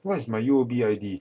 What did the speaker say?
what is my U_O_B I_D